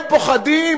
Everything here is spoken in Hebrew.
הם פוחדים